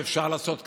שאפשר לעשות כך.